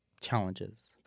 challenges